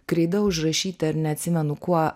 kreida užrašyta ar neatsimenu kuo